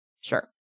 Sure